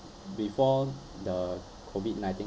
before the COVID nineteen